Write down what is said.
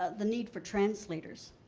the need for translators,